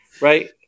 Right